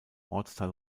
ortsteil